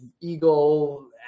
eagle